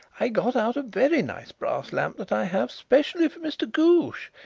i got out a very nice brass lamp that i have specially for mr. ghoosh.